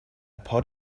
pod